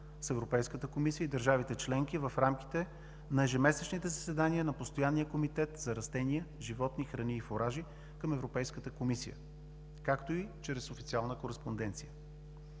с Европейската комисия и държавите членки в рамките на ежемесечните заседания на Постоянния комитет за растения, животни, храни и фуражи към Европейската комисия, както и чрез официална кореспонденция.